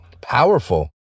powerful